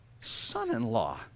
son-in-law